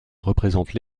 représentent